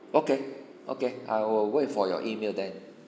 okay okay I will wait for your email then